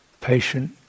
patient